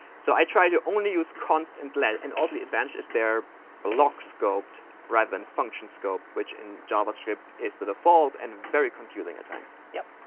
so i try to only use const and let. and also, the advantage is they're block scoped, rather than function scoped, which in javascript is the default and very confusing at times. mariko yep.